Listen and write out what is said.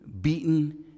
beaten